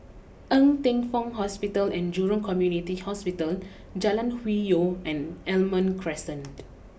Ng Teng Fong Hospital and Jurong Community Hospital Jalan Hwi Yoh and Almond Crescent